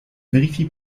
vérifie